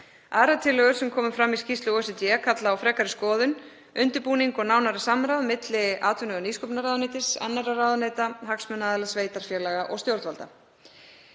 Aðrar tillögur sem komu fram í skýrslu OECD kalla á frekari skoðun, undirbúning og nánara samráð milli atvinnuvega- og nýsköpunarráðuneytis, annarra ráðuneyta, hagsmunaaðila, sveitarfélaga og stjórnvalda.